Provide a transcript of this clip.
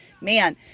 Man